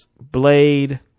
Blade